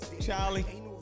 Charlie